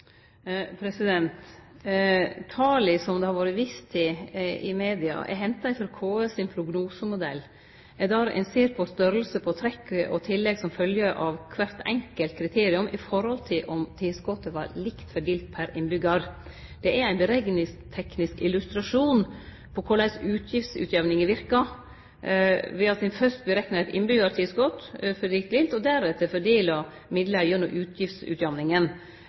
Tala som det har vore vist til i media, er henta frå KS sin prognosemodell, der ein ser på storleiken på trekk og tillegg som følgje av kvart enkelt kriterium samanlikna med om tilskotet var likt fordelt per innbyggjar. Det er ein berekningsteknisk illustrasjon av korleis utgiftsutjamninga verkar, ved at ein fyrst bereknar eit innbyggjartilskot, likt fordelt, og deretter fordeler midlar gjennom utgiftsutjamninga.